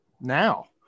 now